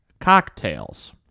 cocktails